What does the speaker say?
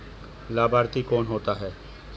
लाभार्थी कौन होता है?